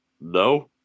no